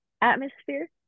atmosphere